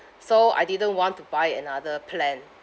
so I didn't want to buy another plan